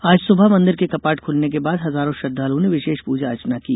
आज सुबह मंदिर के कपाट खुलने के बाद हजारो श्रद्वालुओं ने विशेष पूजा अर्चना की